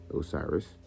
Osiris